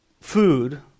food